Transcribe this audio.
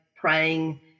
praying